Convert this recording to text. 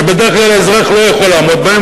שבדרך כלל האזרח לא יכול לעמוד בהם,